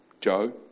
Joe